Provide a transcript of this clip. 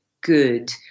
good